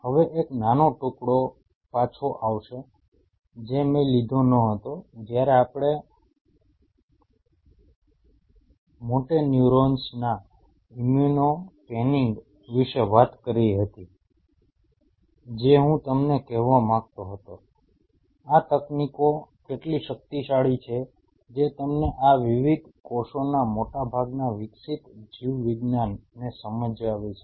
હવે એક નાનો ટુકડો પાછો આવશે જે મેં લીધો ન હતો જ્યારે આપણે મોટેન્યુરોન્સના ઇમ્યુનો પેનિંગ વિશે વાત કરી હતી જે હું તમને કહેવા માંગતો હતો આ તકનીકો કેટલી શક્તિશાળી છે જે તમને આ વિવિધ કોષોના મોટાભાગના વિકસિત જીવવિજ્ઞાન ને સમજાવે છે